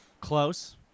Close